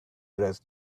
dress